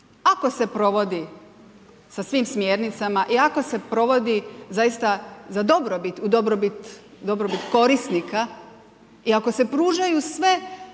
Ako se provodi sa svim smjernicama i ako se provodi zaista za dobrobit, u dobrobit korisnika i ako se pružaju sve